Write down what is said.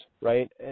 right